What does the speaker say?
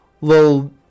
little